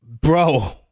bro